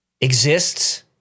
exists